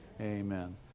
Amen